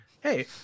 hey